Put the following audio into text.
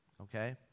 okay